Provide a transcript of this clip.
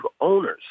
owners